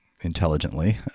intelligently